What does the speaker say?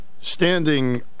standing